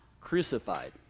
crucified